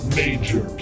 major